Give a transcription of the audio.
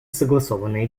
согласованные